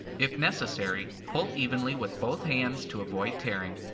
if necessary, pull evenly with both hands to avoid tearing.